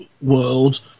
world